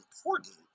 important